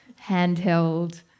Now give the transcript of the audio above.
handheld